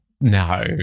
no